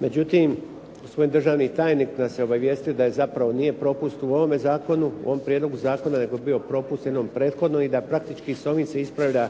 međutim gospodin državni tajnik nas je obavijestio da zapravo nije propust u ovome zakonu, u ovom prijedlogu zakona nego da je bio propust u jednom prethodnom i da praktički s ovim se ispravlja